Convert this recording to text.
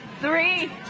three